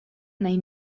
nahi